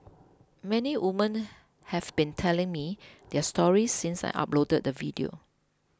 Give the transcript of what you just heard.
many woman have been telling me their stories since I uploaded the video